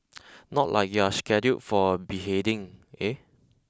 not like you're scheduled for a beheading eh